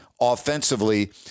offensively